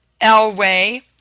Elway